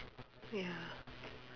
ya